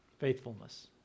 Faithfulness